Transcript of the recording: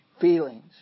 feelings